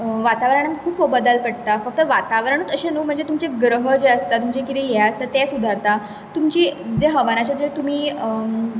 वातावरणान खूव बदल पडटा फक्त वातावरणूत अशें न्हय म्हणजे तुमचे ग्रह जे आसता तुमचे कितें हें आसा तें सुदारता तुमची जें हवनाचें जें तुमी